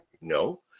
No